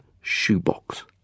shoebox